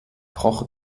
brauche